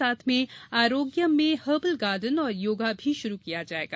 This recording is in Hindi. साथ में आरोग्यम में हर्बल गार्डन और योगा भी शुरू किया जायेगा